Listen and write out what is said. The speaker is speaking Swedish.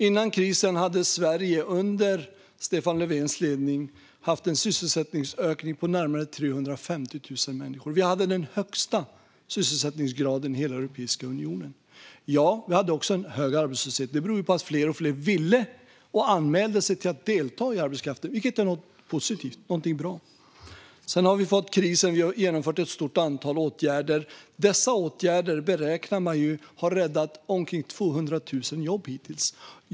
Före krisen hade Sverige, under Stefan Löfvens ledning, haft en sysselsättningsökning på närmare 350 000 människor. Vi hade den högsta sysselsättningsgraden i hela Europeiska unionen. Ja, vi hade också hög arbetslöshet. Det berodde på att allt fler ville arbeta och anmälde sig att delta i arbetskraften, vilket är något positivt, något bra. Sedan krisen inleddes har vi vidtagit ett stort antal åtgärder. Dessa beräknar man ha räddat omkring 200 000 jobb hittills.